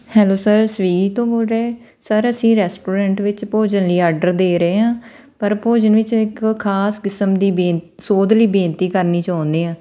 hello sir Swiggy ਤੋਂ ਬੋਲ ਰਹੇ ਸਰ ਅਸੀਂ ਰੈਸਟੋਰੈਂਟ ਵਿੱਚ ਭੋਜਨ ਲਈ ਆਰਡਰ ਦੇ ਰਹੇ ਹਾਂ ਪਰ ਭੋਜਨ ਵਿੱਚ ਇੱਕ ਖ਼ਾਸ ਕਿਸਮ ਦੀ ਬੇਨ ਸੋਧ ਲਈ ਬੇਨਤੀ ਕਰਨੀ ਚਾਹੁੰਦੇ ਹਾਂ